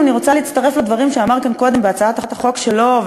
אני רוצה להצטרף לדברים שאמר כאן קודם בהצעת החוק שלו,